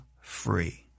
free